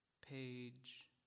page